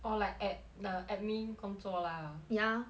orh like at the admin 工作 lah ya